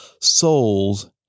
souls